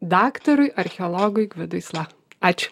daktarui archeologui gvidui sla ačiū